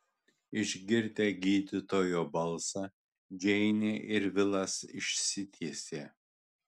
išgirdę gydytojo balsą džeinė ir vilas išsitiesė